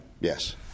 Yes